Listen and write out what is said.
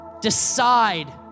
decide